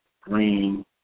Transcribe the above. green